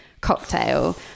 cocktail